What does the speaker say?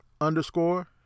underscore